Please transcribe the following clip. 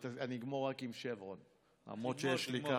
אני אגמור רק עם שברון, למרות שיש לי ככה.